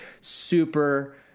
super